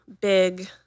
big